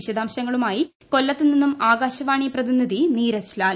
വിശദാംശങ്ങളുമായി കൊല്ലതു നിന്നും ആകാശവാണി പ്രതിനിധി നീരജ് ലാൽ